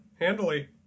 Handily